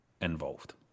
involved